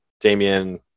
Damian